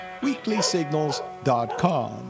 weeklysignals.com